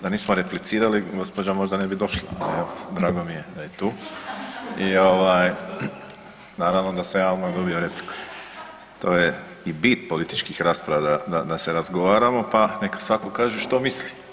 Da nismo replicirali gospođa možda ne bi došla jel, drago mi je da je tu i ovaj, naravno da sam ja odmah dobio repliku, to je i bit političkih rasprava da, da, da se razgovaramo, pa neka svako kaže što misli.